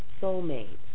soulmates